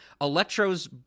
Electro's